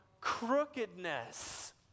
crookedness